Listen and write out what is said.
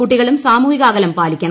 കുട്ടികളും സാമൂഹിക അകലം പാലിക്കണം